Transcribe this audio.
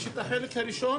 יש את החלק הראשון,